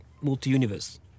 multi-universe